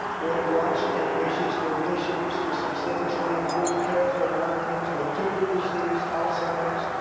we have launched ambitious new initiatives to substantially improve care for americans with kidney disease, alzheimer's,